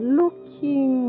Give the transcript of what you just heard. looking